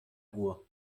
ruhr